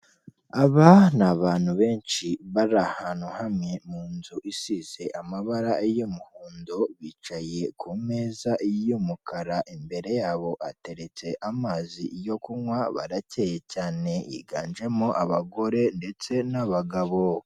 Aba ni abantu benshi bari ahantu hamwe mu nzu isize amabara y'umuhondo bicaye ku meza y'umukara, imbere yabo hateretse amazi yo kunywa barakeye cyane higanjemo abagore ndetse n'abagabo.